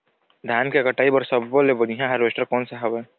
धान के कटाई बर सब्बो ले बढ़िया हारवेस्ट कोन सा हवए?